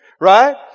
Right